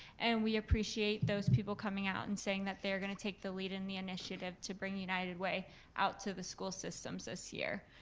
and we appreciate those people coming out and saying that they are gonna take the lead in the initiative to bring united way out to the school systems this year.